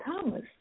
Thomas